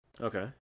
Okay